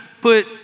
put